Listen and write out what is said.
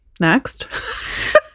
next